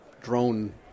drone